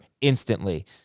instantly